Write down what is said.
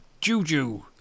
juju